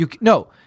No